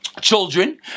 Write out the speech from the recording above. Children